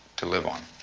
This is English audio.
to live on.